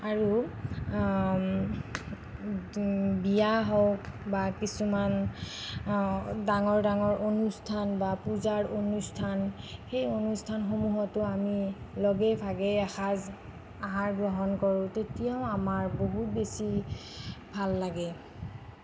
আৰু বিয়া হওঁক বা কিছুমান ডাঙৰ ডাঙৰ অনুষ্ঠান বা পূজাৰ অনুষ্ঠান সেই অনুষ্ঠানসমূহতো আমি লগে ভাগে এসাঁজ আহাৰ গ্ৰহণ কৰোঁ তেতিয়াও আমাৰ বহু বেছি ভাল লাগে